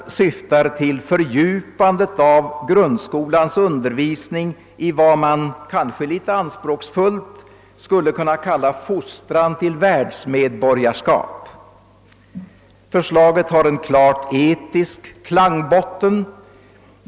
De syftar till fördjupandet av grundskolans undervisning i vad man, kanske litet anspråksfullt, skulle kunna kalla fostran till världsmedborgarskap. Förslaget har en klart etisk klangbotten.